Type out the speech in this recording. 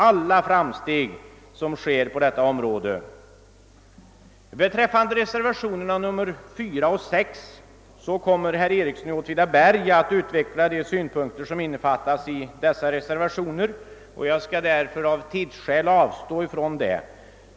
De synpunkter som innefattas i reservationerna 4 och 6 kommer herr Ericsson i Åtvidaberg att utveckla, och av tidsskäl skall jag avstå från att göra det.